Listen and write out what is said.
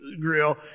grill